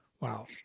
Wow